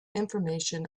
information